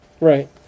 Right